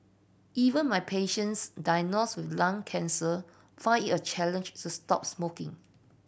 even my patients diagnosed with lung cancer find it a challenge to stop smoking